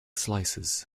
slices